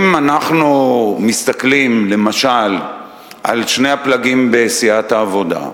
אם אנחנו מסתכלים למשל על שני הפלגים בסיעת העבודה,